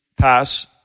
Pass